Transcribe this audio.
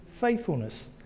faithfulness